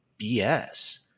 BS